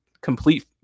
complete